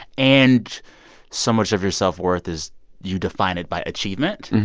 and so much of your self-worth is you define it by achievement.